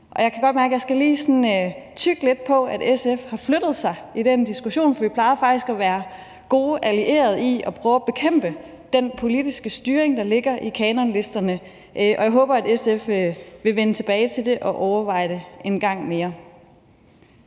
Jeg kan godt mærke, at jeg lige skal tygge lidt på, at SF har flyttet sig i den diskussion, for vi plejer faktisk at være gode allierede i at prøve at bekæmpe den politiske styring, der ligger i kanonlisterne, og jeg håber, at SF vil vende tilbage til det og overveje det en gang mere.